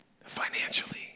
financially